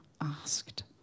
asked